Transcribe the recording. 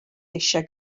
eisiau